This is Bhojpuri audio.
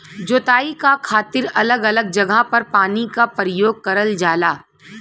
जोताई क खातिर अलग अलग जगह पर पानी क परयोग करल जाला